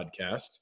podcast